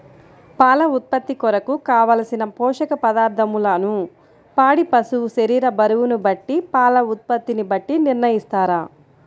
పాల ఉత్పత్తి కొరకు, కావలసిన పోషక పదార్ధములను పాడి పశువు శరీర బరువును బట్టి పాల ఉత్పత్తిని బట్టి నిర్ణయిస్తారా?